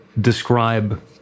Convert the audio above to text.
describe